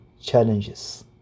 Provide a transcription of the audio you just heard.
challenges